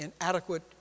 inadequate